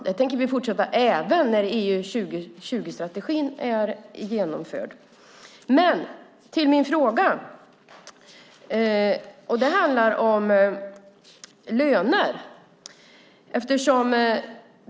Det tänker vi fortsätta med även när EU 2020-strategin är genomförd. Nu kommer vi till min fråga. Den handlar om löner.